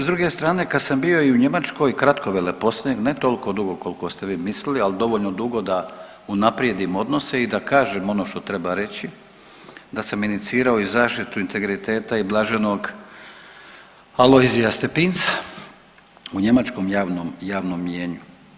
S druge strane, kad sam bio i u Njemačkoj kratko veleposlanik, ne toliko dugo koliko ste vi mislili, ali dovoljno dugo da unaprijedim odnose i da kažem ono što treba reći, da sam inicirao i zaštitu integriteta i bl. Alojzija Stepinca u njemačkom javnom mnijenju.